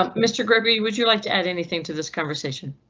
um mr gregory would you like to add anything to this conversation?